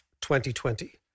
2020